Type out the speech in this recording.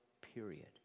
period